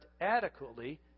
adequately